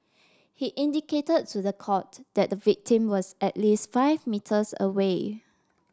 he indicated to the court that the victim was at least five metres away